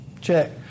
check